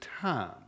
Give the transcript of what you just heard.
time